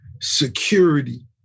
security